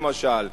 למשל,